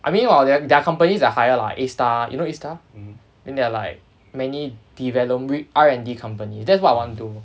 I mean while there are companies that are higher lah like A_STAR you know A_STAR then they are like many develo~ R&D company that is what I wanna do